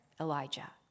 Elijah